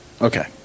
Okay